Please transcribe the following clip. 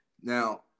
Now